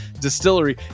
distillery